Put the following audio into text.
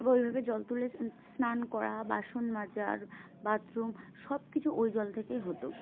বা ওইভাবে জল তুলে স্নান করা বাসন মাজার বাথরুম সবকিছু ওই জল থেকেই হতো